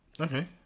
Okay